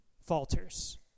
falters